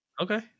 Okay